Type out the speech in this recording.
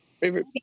Favorite